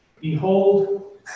Behold